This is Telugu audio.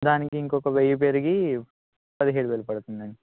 దానికి ఇంకొక వెయ్యి పెరిగి పదిహేడు వేలు పడుతుంది అండి